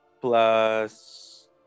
plus